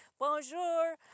Bonjour